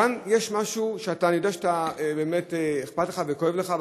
כאן יש משהו שאני יודע שבאמת אכפת לך וכואב לך,